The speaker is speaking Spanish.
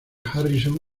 harrison